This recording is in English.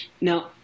now